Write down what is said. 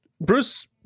Bruce